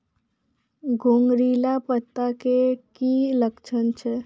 घुंगरीला पत्ता के की लक्छण छै?